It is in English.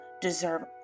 deserve